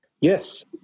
Yes